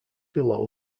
below